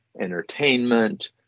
entertainment